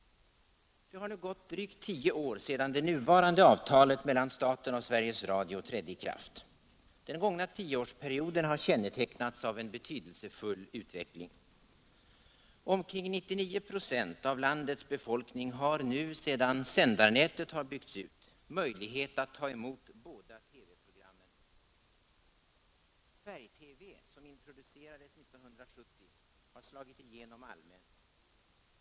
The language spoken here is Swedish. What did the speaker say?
Det har nu gått drygt tio år sedan det nuvarande avtalet mellan staten och Sveriges Radio trädde i kraft. Den gångna tioårsperioden har kännetecknats av en betydelsefull utveckling. Omkring 99 96 av landets befolkning har nu, sedan sändarnätet byggts ut, möjlighet att ta emot båda TV-programmen. Färg-TV, som introducerades 1970, har slagit igenom allmänt.